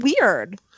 weird